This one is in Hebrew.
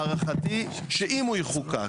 הערכתי שאם הוא יחוקק,